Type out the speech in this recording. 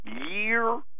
year